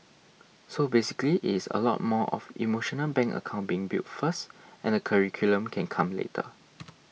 so basically it is a lot more of emotional bank account being built first and the curriculum can come later